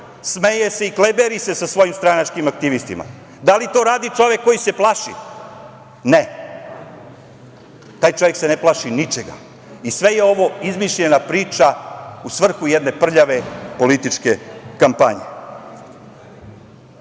smeje se i kleberi se sa svojim stranačkim aktivistima. Da li to radi čovek koji se plaši? Ne, taj čovek se ne plaši ničega. Sve je ovo izmišljena priča u svrhu jedne prljave političke kampanje. Naravno,